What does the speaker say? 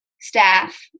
staff